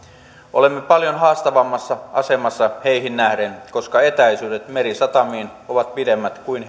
olemme paljon haastavammassa asemassa heihin nähden koska etäisyydet merisatamiin ovat pidemmät kuin